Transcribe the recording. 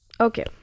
okay